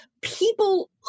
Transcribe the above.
People